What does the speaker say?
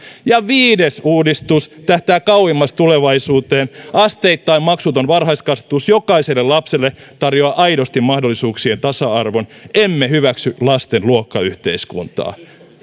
ja viides uudistus tähtää kauimmas tulevaisuuteen asteittain maksuton varhaiskasvatus jokaiselle lapselle tarjoaa aidosti mahdollisuuksien tasa arvon emme hyväksy lasten luokkayhteiskuntaa